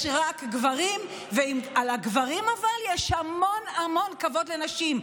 יש רק גברים, אבל לגברים יש המון המון כבוד לנשים.